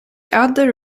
other